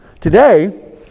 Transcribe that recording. today